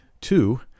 two